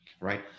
right